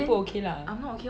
you not okay lah